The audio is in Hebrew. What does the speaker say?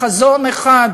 לחזון אחד,